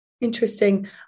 Interesting